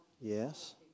Yes